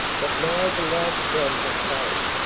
but now the last gun had fired.